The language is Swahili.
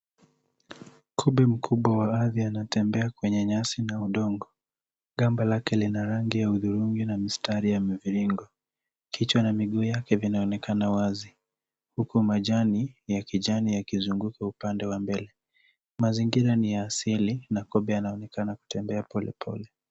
Kobe mkubwa wa ardhi anatembea kwenye nyasi na udongo. Gamba lake lina rangi ya hudhurungi na mistari ya mviringo. Kichwa na mguu wake vinaonekana wazi huku majani ya kijani yakizunguka upande wa mbele. Mazingiria ni ya asili na kobe anaonekana kutembea polepole.